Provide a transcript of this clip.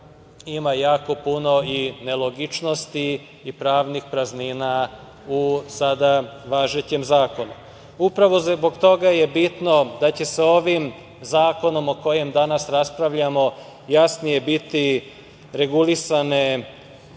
ima puno nelogičnosti i pravnih praznina u sada važećem zakonu. Upravo zbog toga je bitno da će ovim zakonom o kojem danas raspravljamo jasnije biti regulisane